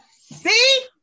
See